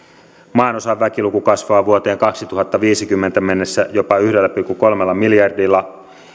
maanosan väkiluku kasvaa vuoteen kaksituhattaviisikymmentä mennessä jopa yhdellä pilkku kolmella miljardilla